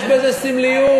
יש בזה סמליות.